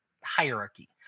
hierarchy